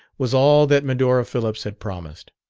was all that medora phillips had promised.